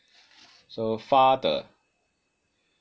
so father